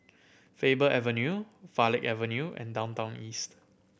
Faber Avenue Farleigh Avenue and Downtown East